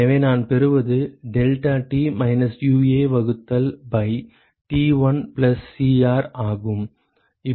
எனவே நான் பெறுவது டெல்டாடி மைனஸ் UA வகுத்தல் பை T1 பிளஸ் Cr ஆகும்